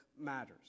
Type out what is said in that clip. matters